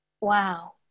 Wow